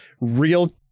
real